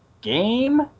Game